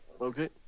Okay